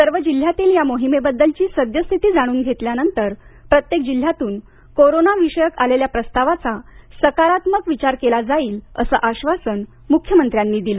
सर्व जिल्ह्यातील या मोहिमेबद्दलची सद्यस्थिती जाणून घेतल्यानंतर प्रत्येक जिल्ह्यातून कोरोना विषयक आलेल्या प्रस्तावाचा सकारात्मक विचार केला जाईल असं आश्वासन मुख्यमंत्र्यांनी दिलं